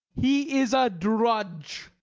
he is a drudge.